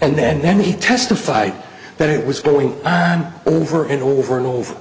and then he testified that it was going on over and over and over